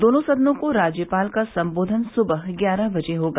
दोनों सदनों को राज्यपाल का सम्बोधन सुबह ग्यारह बजे होगा